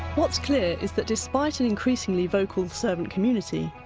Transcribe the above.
what's clear is that despite an increasingly vocal servant community,